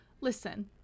Listen